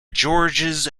georges